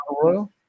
Royal